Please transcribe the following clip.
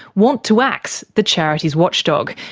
want to axe the charities watchdog,